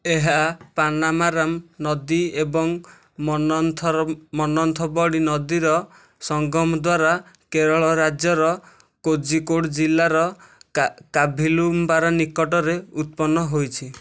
ଏହା ପାନାମାରାମ ନଦୀ ଏବଂ ମନନ୍ଥବଡ଼ି ନଦୀର ସଙ୍ଗମ ଦ୍ୱାରା କେରଳ ରାଜ୍ୟର କୋଜିକୋଡ଼ ଜିଲ୍ଲାର କାଭିଲୁମ୍ପାରା ନିକଟରେ ଉତ୍ପନ୍ନ ହୋଇଛି